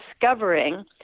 discovering